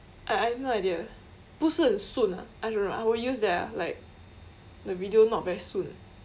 I I have no idea 不是很顺 ah I don't know I would used that ah like the video not very 顺